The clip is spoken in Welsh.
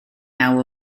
naw